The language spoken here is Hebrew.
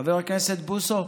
חבר הכנסת בוסו,